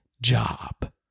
job